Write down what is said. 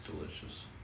delicious